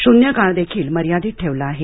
शून्यकाळ देखील मर्यादित ठेवला आहे